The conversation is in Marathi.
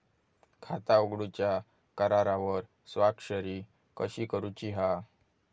खाता उघडूच्या करारावर स्वाक्षरी कशी करूची हा?